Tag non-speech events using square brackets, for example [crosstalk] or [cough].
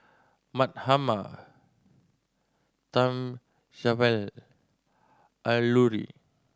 Mahatma [unintelligible] Alluri